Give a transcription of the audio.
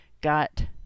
got